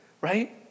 Right